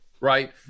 right